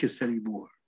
anymore